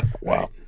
Wow